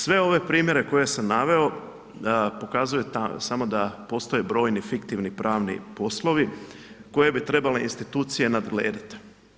Sve ove primjere koje sam naveo pokazuje samo da postoje brojni fiktivni pravni poslovi koje bi trebale institucije nadgledati.